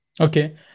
Okay